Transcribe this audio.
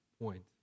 point